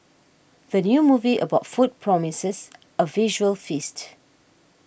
the new movie about food promises a visual feast